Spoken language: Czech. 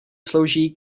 slouží